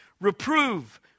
Reprove